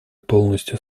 полностью